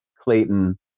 Clayton